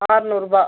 ஆறநூறுபா